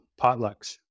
potlucks